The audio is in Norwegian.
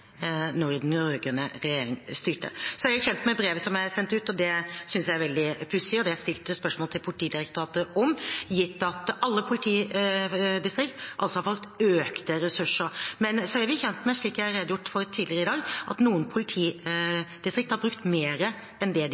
den rød-grønne regjeringen styrte. Så er jeg kjent med brevet som er sendt ut, og det synes jeg er veldig pussig – og det stilte jeg spørsmål til Politidirektoratet om – gitt at alle politidistrikt har fått økte ressurser. Men vi er kjent med, slik jeg har redegjort for tidligere i dag, at noen politidistrikt har brukt mer enn det de